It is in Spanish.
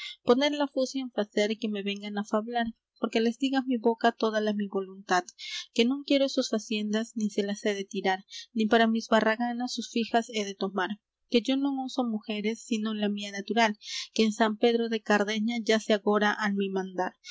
en facer que me vengan á fablar porque les diga mi boca toda la mi voluntad que non quiero sus faciendas nin se las he de tirar nin para mis barraganas sus fijas he de tomar que yo non uso mujeres sinon la mía natural que en san pedro de cardeña yace agora al mi mandar